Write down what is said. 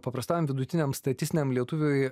paprastam vidutiniam statistiniam lietuviui